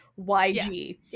YG